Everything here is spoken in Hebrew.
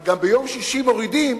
אבל ביום שישי גם מורידים